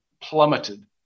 plummeted